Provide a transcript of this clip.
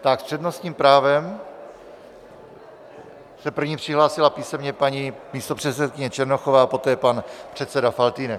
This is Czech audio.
S přednostním právem se první přihlásila písemně paní místopředsedkyně Černochová, poté pan předseda Faltýnek.